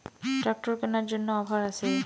Tractor কেনার জন্য offer আছে?